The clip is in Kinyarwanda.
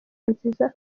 nziza